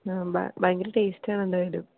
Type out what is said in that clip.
ആ ഭയങ്കര ടേസ്റ്റ് ആണ് എന്തായാലും